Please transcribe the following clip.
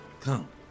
Come